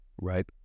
right